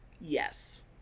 Yes